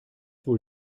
wohl